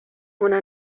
una